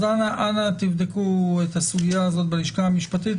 אז אנא תבדקו את הסוגי ה הזאת בלשכה המשפטית,